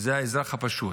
זה האזרח הפשוט,